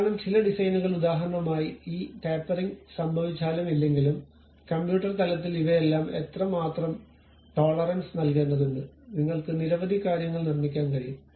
കാരണം ചില ഡിസൈനുകൾ ഉദാഹരണമായി ഈ ടാപ്പറിംഗ് സംഭവിച്ചാലും ഇല്ലെങ്കിലും കമ്പ്യൂട്ടർ തലത്തിൽ ഇവയെല്ലാം എത്രമാത്രം ടോളറൻസ് നൽകേണ്ടതുണ്ട് നിങ്ങൾക്ക് നിരവധി കാര്യങ്ങൾ നിർമ്മിക്കാൻ കഴിയും